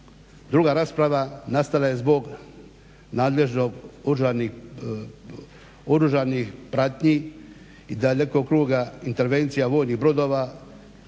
Druga rasprava nastala je zbog nadležnog oružanih pratnji i dalekog kruga intervencija vojnih brodova